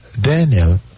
Daniel